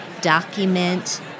document